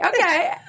Okay